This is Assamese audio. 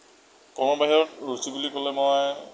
কৰ্মৰ বাহিৰত ৰুচি বুলি ক'লে মই